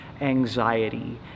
anxiety